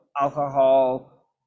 alcohol